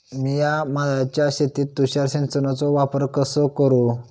मिया माळ्याच्या शेतीत तुषार सिंचनचो वापर कसो करू?